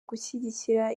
gushyigikira